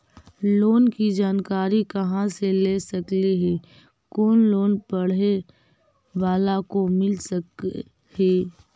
Loan की जानकारी कहा से ले सकली ही, कोन लोन पढ़े बाला को मिल सके ही?